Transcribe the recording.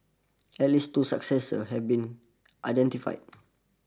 at least two successors have been identified